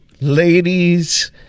ladies